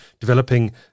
developing